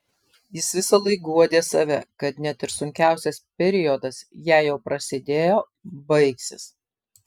jis visąlaik guodė save kad net ir sunkiausias periodas jei jau prasidėjo baigsis